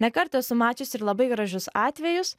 ne kartą esu mačiusi ir labai gražius atvejus